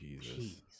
Jesus